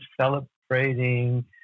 celebrating